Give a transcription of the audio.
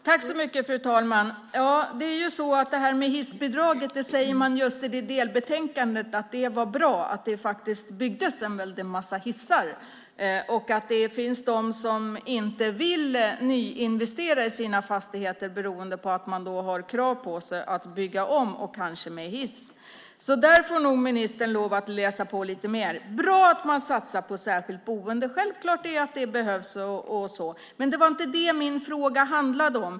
Fru talman! Det sägs i delbetänkandet när det gäller hissbidraget att det var bra att det faktiskt byggdes en väldig massa hissar. Det finns de som inte vill nyinvestera i sina fastigheter beroende på att de har krav på sig att bygga om och kanske installera hiss. Där får ministern nog läsa på lite mer. Det är bra att man satsar på särskilt boende. Det är självklart att det behövs. Men det var inte det som min fråga handlade om.